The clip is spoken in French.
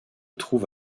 trouve